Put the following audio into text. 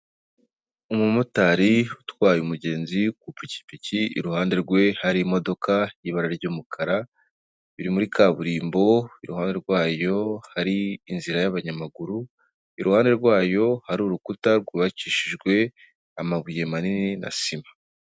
Umumotari utwaye umugenzi ku ipikipiki, iruhande rwe hari imodoka y'ibara ry'umukara. Biri muri kaburimbo iruhande rwayo hari inzira y'abanyamaguru. Iruhande rwayo hari urukuta rwubakishijwe amabuye manini na sima.